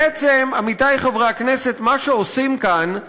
בעצם, עמיתי חברי הכנסת, מה שעושים כאן,